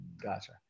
Gotcha